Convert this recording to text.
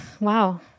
wow